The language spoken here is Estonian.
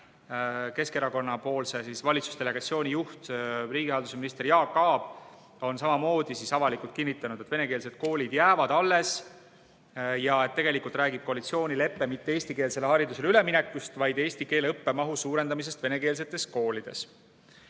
Keskerakonna delegatsiooni juhtinud Jaak Aab, kes nüüd on riigihalduse minister. Jaak Aab on samamoodi avalikult kinnitanud, et venekeelsed koolid jäävad alles ja et tegelikult ei räägi koalitsioonilepe mitte eestikeelsele haridusele üleminekust, vaid eesti keele õppe mahu suurendamisest venekeelsetes koolides.